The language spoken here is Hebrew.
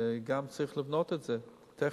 וגם צריך לבנות את זה טכנית.